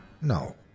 No